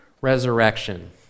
resurrection